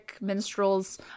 minstrels